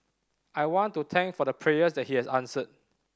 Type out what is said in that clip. I want to thank for the prayers that he has answered